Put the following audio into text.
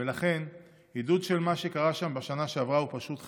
ולכן עידוד של מה שקרה שם בשנה שעברה הוא פשוט חרפה.